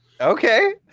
Okay